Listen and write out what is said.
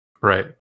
Right